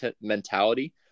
mentality